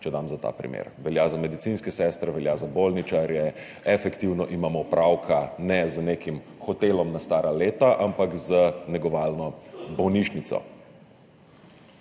če dam ta primer – velja za medicinske sestre, velja za bolničarje. Efektivno nimamo opravka z nekim hotelom na stara leta, ampak z negovalno bolnišnico.